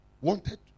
wanted